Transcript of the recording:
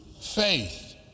faith